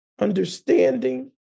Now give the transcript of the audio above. understanding